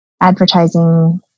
advertising